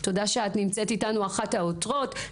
תודה שאת נמצאת איתנו, אחת העותרות.